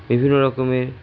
বিভিন্ন রকমের